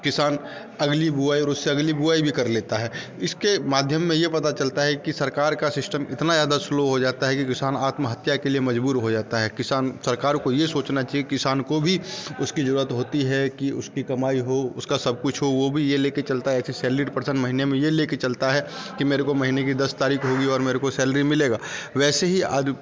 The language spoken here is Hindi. किसान अगली बुआई और उससे अगली बुआई भी कर लेता है इसके माध्यम में यह पता चलता है कि सरकार का सिस्टम इतना ज़्यादा स्लो हो जाता है कि किसान आत्महत्या के लिए मजबूर हो जाता है किसान सरकार को यह सोचना चहिए किसान को भी उसकी ज़रूरत होती है कि उसकी कमाई हो उसका सब कुछ हो वह भी यह लेकर चलता है जैसे सैलेरीड पर्सन महीने में यह लेकर चलता है कि मेरे को महीने की दस तारीख होगी और मेरे को सैलरी मिलेगा वैसे ही